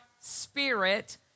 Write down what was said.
spirit